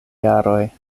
jaroj